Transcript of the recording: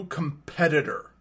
competitor